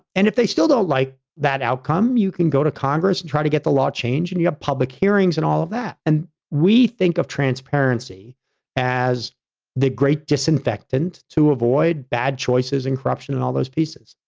and if they still don't like that outcome, you can go to congress and try to get the law change and you have public hearings and all of that and we think of transparency as the great disinfectant to avoid bad choices and corruption and all those pieces.